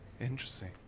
Interesting